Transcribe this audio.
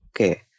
Okay